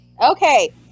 Okay